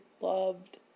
loved